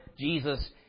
Jesus